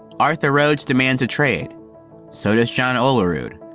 arthur rhodes demands a trade so does john olerud,